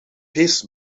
his